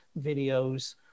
videos